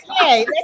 okay